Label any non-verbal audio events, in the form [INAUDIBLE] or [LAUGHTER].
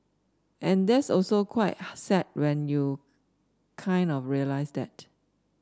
and that's also quite [NOISE] sad when you kind of realise that